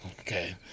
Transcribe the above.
okay